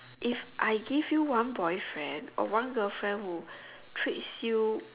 if I give you one boyfriend or one girlfriend who treats you